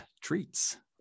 treats